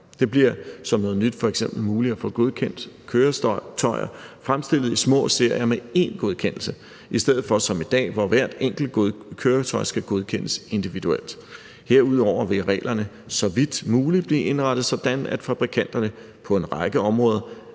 Det bliver f.eks. som noget nyt muligt at få godkendt køretøjer fremstillet i små serier med én godkendelse, i stedet for som i dag, hvor hvert enkelt køretøj skal godkendes individuelt. Herunder vil reglerne så vidt muligt blive indrettet sådan, at fabrikanterne på en række områder